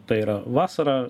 tai yra vasarą